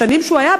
בשנים שהוא היה,